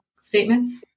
statements